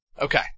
Okay